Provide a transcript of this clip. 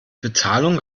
bezahlung